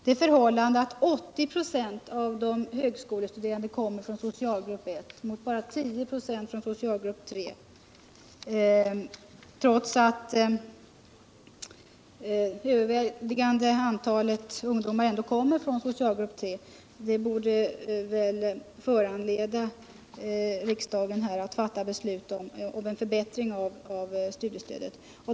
Det förhållandet att 80 96 av de högskolestuderande kommer från socialgrupp 1 och bara 10 96 från socialgrupp 3 — trots att övervägande antalet ungdomar kommer från socialgrupp 3 — borde föranleda riksdagen att fatta beslut om en förbättring av studiestödet.